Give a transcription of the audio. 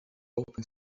open